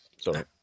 Sorry